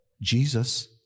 Jesus